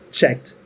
checked